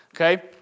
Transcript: Okay